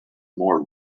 more